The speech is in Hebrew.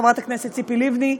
חברת הכנסת ציפי לבני,